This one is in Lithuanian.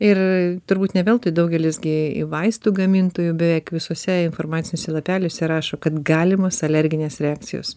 ir turbūt ne veltui daugelis gi vaistų gamintojų beveik visuose informaciniuose lapeliuose rašo kad galimos alerginės reakcijos